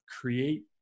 create